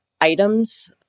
items